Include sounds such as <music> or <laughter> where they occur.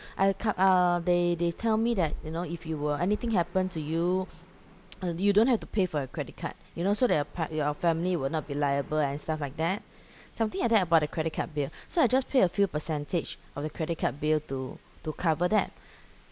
I ca~ uh they they tell me that you know if you were anything happen to you <noise> you don't have to pay for your credit card you know so that your part~ your family will not be liable and stuff like that something like that about the credit card bill so I just pay a few percentage of the credit card bill to to cover that